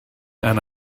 and